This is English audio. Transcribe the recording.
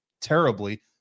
terribly